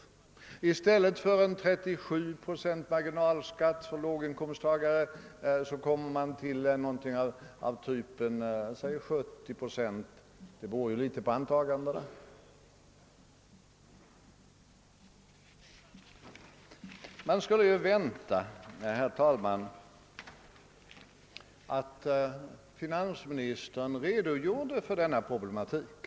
I stället för 37 procent 1 marginalskatt för dessa låginkomsttagare blir siffran ungefär 70 procent: det beror litet på omständigheterna. Man hade kunnat vänta sig, herr talman, att finansministern skulle redogöra för denna problematik.